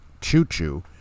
choo-choo